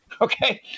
Okay